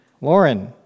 Lauren